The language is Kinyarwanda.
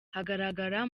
hagaragara